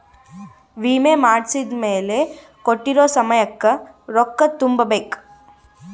ವಿಮೆ ಮಾಡ್ಸಿದ್ಮೆಲೆ ಕೋಟ್ಟಿರೊ ಸಮಯಕ್ ರೊಕ್ಕ ತುಂಬ ಬೇಕ್